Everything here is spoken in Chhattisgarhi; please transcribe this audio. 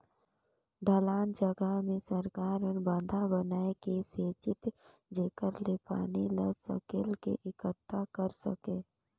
ढलान जघा मे सरकार हर बंधा बनाए के सेचित जेखर ले पानी ल सकेल क एकटठा कर सके